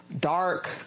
dark